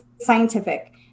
scientific